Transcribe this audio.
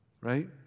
right